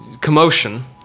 commotion